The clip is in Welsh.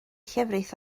llefrith